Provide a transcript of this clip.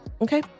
okay